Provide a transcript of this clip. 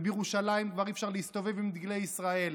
בירושלים כבר אי-אפשר להסתובב עם דגלי ישראל.